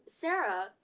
Sarah